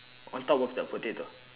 on top of the potato